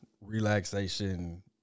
relaxation